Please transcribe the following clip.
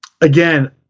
Again